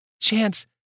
Chance